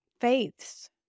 Faith's